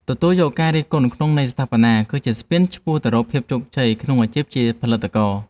ទទួលយកការរិះគន់ក្នុងន័យស្ថាបនាគឺជាស្ពានឆ្ពោះទៅរកភាពជោគជ័យក្នុងអាជីពជាផលិតករ។